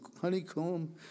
honeycomb